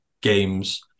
games